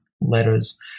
letters